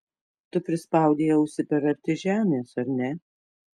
tu prispaudei ausį per arti žemės ar ne